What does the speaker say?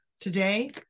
Today